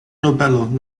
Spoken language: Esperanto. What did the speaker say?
nobelo